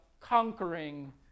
conquering